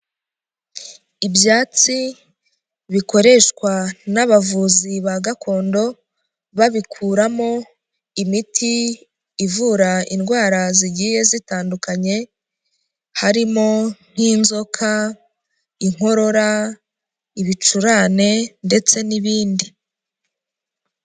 Ibyatsi bikoreshwa n'abavuzi ba gakondo babikuramo imiti ivura indwara zigiye zitandukanye, harimo nk'inzoka inkorora ibicurane ndetse n'ibindi.